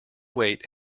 weight